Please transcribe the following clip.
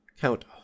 Count